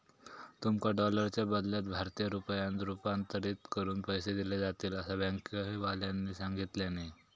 तुमका डॉलरच्या बदल्यात भारतीय रुपयांत रूपांतरीत करून पैसे दिले जातील, असा बँकेवाल्यानी सांगितल्यानी